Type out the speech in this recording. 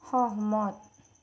সহমত